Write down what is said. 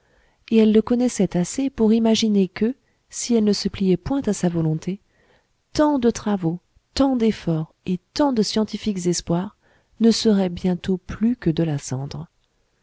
et elle le connaissait assez pour imaginer que si elle ne se pliait point à sa volonté tant de travaux tant d'efforts et tant de scientifiques espoirs ne seraient bientôt plus que de la cendre